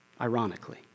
ironically